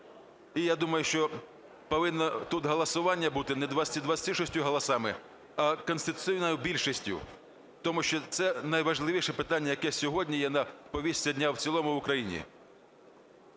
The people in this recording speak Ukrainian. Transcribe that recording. І я думаю, що повинно тут голосування бути не 226 голосами, а конституційною більшістю, тому що це найважливіше питання, яке сьогодні є на повістці дня в цілому в Україні.